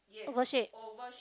oval shape